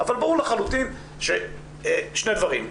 אבל ברור לחלוטין שני דברים.